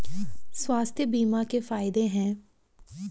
स्वास्थ्य बीमा के फायदे हैं?